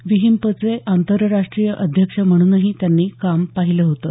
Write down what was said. विहिंपचे आंतरराष्ट्रीय अध्यक्ष म्हणूनही त्यांनी काम पहिलं होतं